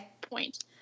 point